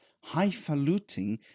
Highfalutin